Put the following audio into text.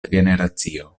generacio